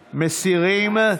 מסירים.